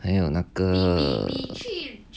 还有那个